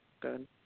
good